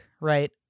right